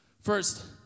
First